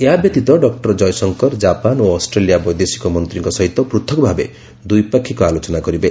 ଏହା ବ୍ୟତୀତ doctor Jaishankar Japan ଓ ଅଷ୍ଟ୍ରେଲିଆ ବୈଦେଶିକ ମନ୍ତ୍ରୀଙ୍କ ସହିତ ପୃଥକ ଭାବେ ଦ୍ୱିପାକ୍ଷିକ ଆଲୋଚନା କରିବେ